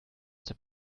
der